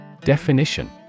Definition